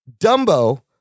Dumbo